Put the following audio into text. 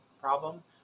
problem